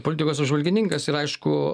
politikos apžvalgininkas ir aišku